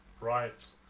Right